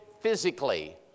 physically